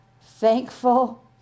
Thankful